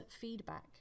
feedback